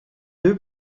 deux